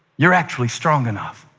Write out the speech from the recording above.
you're actually strong enough.